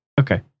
okay